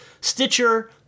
Stitcher